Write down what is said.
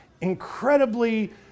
incredibly